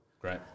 Great